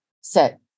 set